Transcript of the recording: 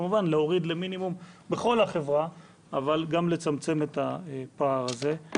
כמובן להוריד למינימום בכל החברה אבל גם לצמצם את הפער הזה.